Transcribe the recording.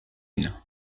une